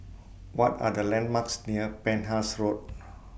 What Are The landmarks near Penhas Road